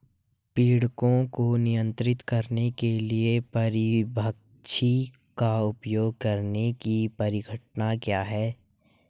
पीड़कों को नियंत्रित करने के लिए परभक्षी का उपयोग करने की परिघटना क्या है?